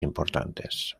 importantes